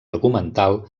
argumental